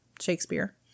Shakespeare